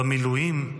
במילואים,